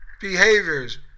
behaviors